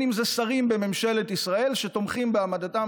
זה שרים בממשלת ישראל שתומכים בהעמדתם